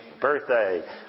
birthday